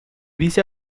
dice